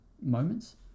moments